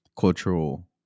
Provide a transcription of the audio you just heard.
cultural